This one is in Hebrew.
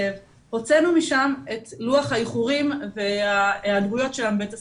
הוצאנו משם את לוח האיחורים וההיעדרויות שלה מבית הספר,